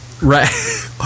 right